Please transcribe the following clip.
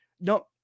No